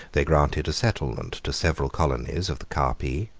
they granted a settlement to several colonies of the carpi,